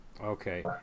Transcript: Okay